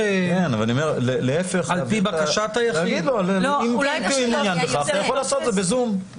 אם אתה מעוניין בכך, אתה יכול לעשות את זה בזום.